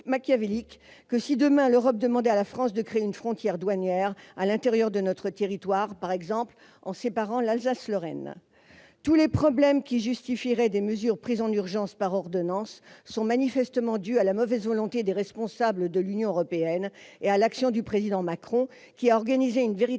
machiavélique que si demain l'Europe demandait à la France de créer une frontière douanière à l'intérieur de notre territoire, par exemple en séparant l'Alsace-Lorraine. Tous les problèmes qui justifieraient des mesures prises en urgence par ordonnance sont manifestement dus à la mauvaise volonté des responsables de l'Union européenne et à l'action du Président Macron, qui a organisé une véritable